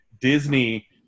Disney